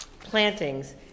plantings